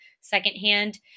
secondhand